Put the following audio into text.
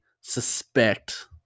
suspect